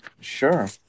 Sure